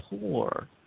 poor